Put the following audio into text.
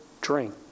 drink